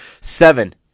seven